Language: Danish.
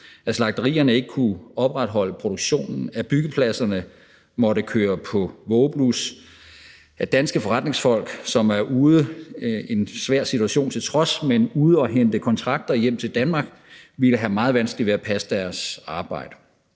at slagterierne ikke kunne opretholde produktionen, at byggepladserne måtte køre på vågeblus, og at danske forretningsfolk, som en svær situation til trods er ude at hente kontrakter hjem til Danmark, ville have meget vanskeligt ved at passe deres arbejde.